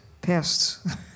pests